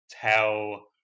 tell